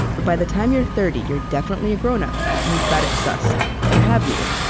but by the time you're thirty, you're definitely a grown-up, and you've got it sussed. or have you?